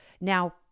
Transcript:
now